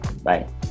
Bye